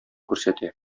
күрсәтә